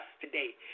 today